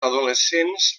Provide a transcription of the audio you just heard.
adolescents